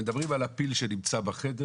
מדברים על הפיל שנמצא בחדר